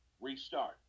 restart